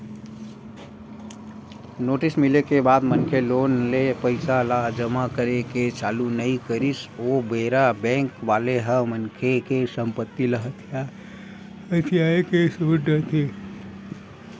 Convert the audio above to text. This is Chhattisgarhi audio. नोटिस मिले के बाद मनखे लोन ले पइसा ल जमा करे के चालू नइ करिस ओ बेरा बेंक वाले ह मनखे के संपत्ति ल हथियाये के सोच डरथे